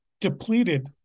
depleted